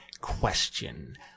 question